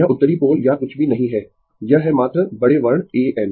यह उत्तरी पोल या कुछ भी नहीं है यह है मात्र बड़े वर्ण A N